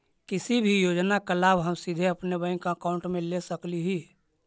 किसी भी योजना का लाभ हम सीधे अपने बैंक अकाउंट में ले सकली ही?